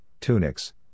tunics